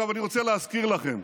אני רוצה להזכיר לכם,